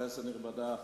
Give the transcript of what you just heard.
כנסת נכבדה,